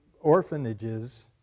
orphanages